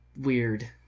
Weird